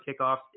kickoffs